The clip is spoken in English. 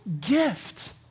gift